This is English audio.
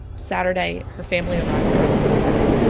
saturday, her family arrived early in the morning.